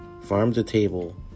farm-to-table